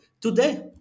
today